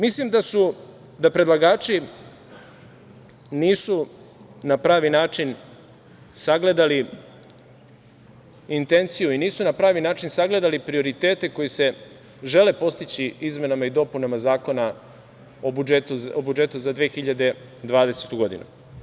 Mislim da predlagači nisu na pravi način sagledali intenciju i nisu na pravi način sagledali prioritete koji se žele postići izmenama i dopunama Zakona o budžetu za 2020. godinu.